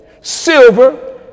silver